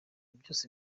byose